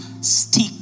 stick